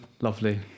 Lovely